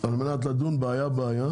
על מנת לדון בעיה-בעיה,